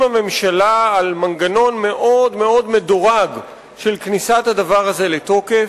הממשלה על מנגנון מאוד מאוד מדורג של כניסת הדבר הזה לתוקף,